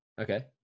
Okay